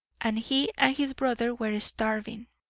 and he and his brother were starving.